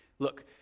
Look